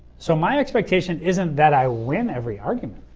so my expectation isn't that i win every argument.